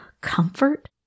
comfort